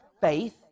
faith